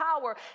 power